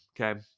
Okay